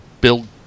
build